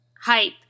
Hype